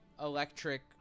electric